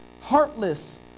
heartless